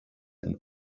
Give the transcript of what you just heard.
and